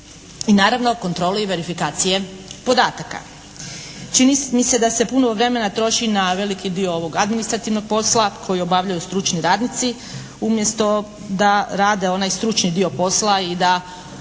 I naravno kontrole verifikacije podataka. Čini mi se da se puno vremena troši na veliki dio ovog administrativnog posla koji obavljaju stručni radnici umjesto da rade onaj stručni dio posla i da